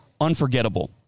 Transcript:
unforgettable